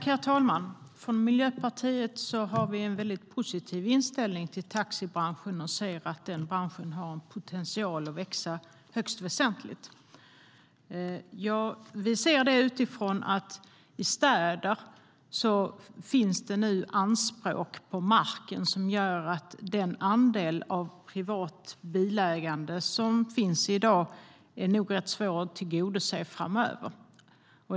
Herr talman! Miljöpartiet har en positiv inställning till taxibranschen och ser att den branschen har potential att växa högst väsentligt. Detta ser vi utifrån att det i städer nu finns anspråk på marken som gör att andelen privat bilägande som finns i dag nog blir rätt svår att tillgodose framöver.